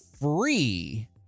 free